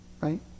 Right